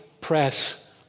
press